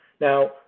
Now